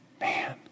Man